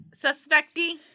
suspecty